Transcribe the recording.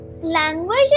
language